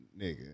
nigga